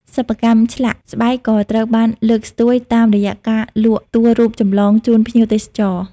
សិប្បកម្មឆ្លាក់ ស្បែកក៏ត្រូវបានលើកស្ទួយតាមរយៈការលក់តួរូបចម្លងជូនភ្ញៀវទេសចរ។